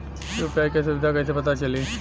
UPI क सुविधा कैसे पता चली?